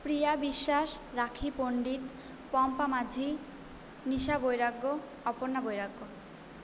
Priya Biswas Rakhi Pandit Pampa Majhi Nisha Bairagya Aparna Bairagya